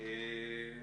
וקשרי מסחר בין-לאומיים